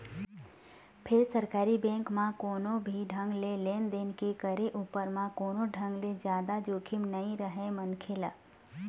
फेर सरकारी बेंक म कोनो भी ढंग ले लेन देन के करे उपर म कोनो ढंग ले जादा जोखिम नइ रहय मनखे ल